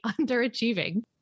underachieving